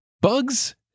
Bugs